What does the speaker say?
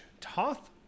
Toth